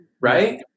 right